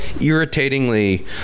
irritatingly